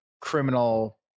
criminal